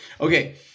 Okay